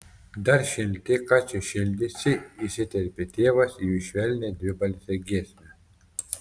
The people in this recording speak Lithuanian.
dar šilti ką čia šildysi įsiterpė tėvas į jų švelnią dvibalsę giesmę